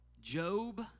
Job